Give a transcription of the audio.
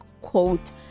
quote